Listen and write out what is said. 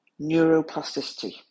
neuroplasticity